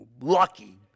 lucky